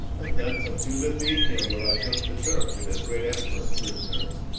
and thence unto bithynia, where i took the turk and his great empress prisoners.